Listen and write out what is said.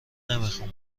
نمیخام